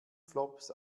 flops